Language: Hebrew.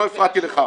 לא הפרעתי לך.